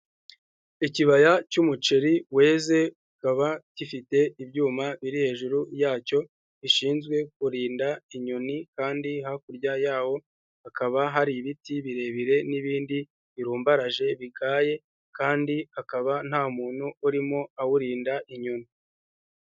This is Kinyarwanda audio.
Ikibaya cy'umuceri weze kikaba gifite ibyuma biri hejuru yacyo bishinzwe kurinda inyoni, kandi hakurya yawo hakaba hari ibiti birebire n'ibindi birumbaraje bigaye, kandi hakaba nta muntu urimo awurinda inyoni.